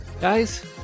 guys